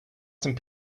some